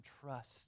trust